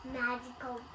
magical